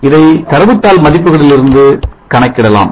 இதை தரவுத்தாள் மதிப்புகளிலிருந்து கணக்கிடலாம்